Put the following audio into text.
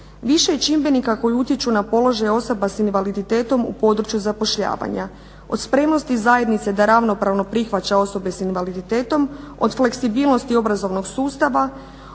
Više je čimbenika koji utječu na položaj osoba sa invaliditetom u području zapošljavanja od spremnosti zajednice da ravnopravno prihvaća osobe sa invaliditetom, od fleksibilnosti obrazovnog sustava,